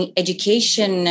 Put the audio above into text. education